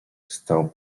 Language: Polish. stał